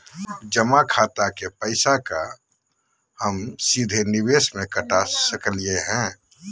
जमा खाता के पैसा का हम सीधे निवेस में कटा सकली हई?